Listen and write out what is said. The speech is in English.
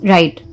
Right